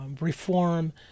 reform